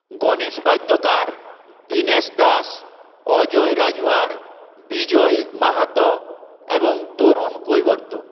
গণেশ বাদ্যকার দীনেশ দাশ অজয় রাজুয়ার বিজয় মাহাতো এবং তরুণ কৈবর্ত্য